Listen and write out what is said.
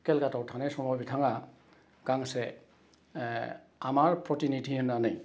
केलकाटायाव थानाय समाव बिथाङा गांसे आमार प्रतिनिटि होन्नानै